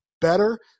better